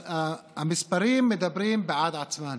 המספרים מדברים בעד עצמם.